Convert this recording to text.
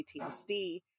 PTSD